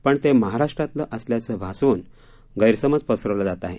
पण ते महाराष्ट्रातलं असल्याचे भासवून गैरसमज पसरवला जात आहे